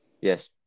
Yes